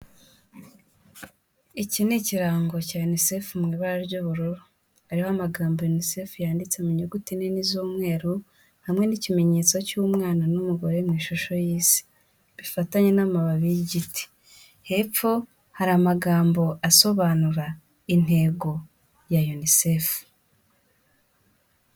Iki ni ikirango cya UNICEF mu ibara ry'ubururu, hariho amagambo UNICEF yanditse mu inyuguti nini z'umweru, hamwe n'ikimenyetso cy'umwana n'umugore mu ishusho y'Isi bifatanye n'amababi y'igiti, hepfo hari amagambo asobanura intego ya UNICEF.